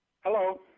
Hello